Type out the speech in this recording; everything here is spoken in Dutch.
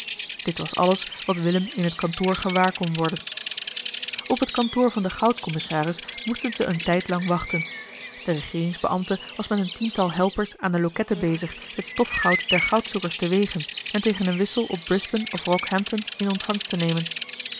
dit was alles wat willem in het kantoor gewaar kon worden op het kantoor van den goudcommissaris moesten ze een tijdlang wachten de regeeringsbeambte was met een tiental helpers aan de loketten bezig het stofgoud der goudzoekers te wegen en tegen een wissel op brisbane of rockhampton in ontvangst te nemen